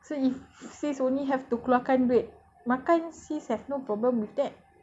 so if sis only have to keluarkan duit makan sis have no problem with that